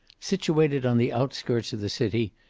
situated on the outskirts of the city,